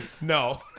No